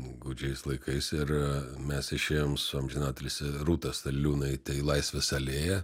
gūdžiais laikais ir mes išėjom su amžinatilsį rūta staliliūnaite į laisvės alėją